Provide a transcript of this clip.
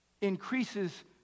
increases